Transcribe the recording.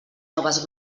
noves